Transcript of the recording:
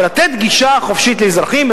ולתת גישה חופשית לאזרחים,